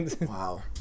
Wow